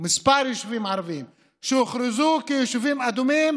או כמה יישובים ערביים שהוכרזו כיישובים אדומים